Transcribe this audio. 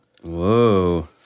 Whoa